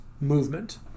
movement